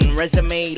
resume